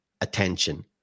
attention